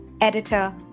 editor